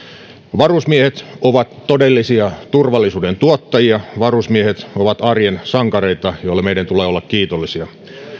varusmiehet ovat todellisia turvallisuuden tuottajia varusmiehet ovat arjen sankareita joille meidän tulee olla kiitollisia